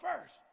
first